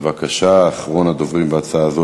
אחרון הדוברים בהצעה הזאת